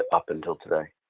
ah up until today.